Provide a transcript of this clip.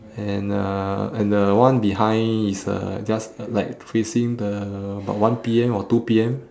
and uh and the one behind is uh just uh like facing the the one P_M or two P_M